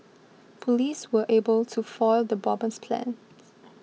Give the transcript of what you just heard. police were able to foil the bomber's plans